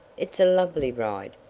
it's a lovely ride.